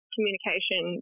communication